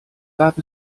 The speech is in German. gab